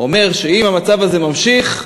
אומר שאם המצב הזה ממשיך,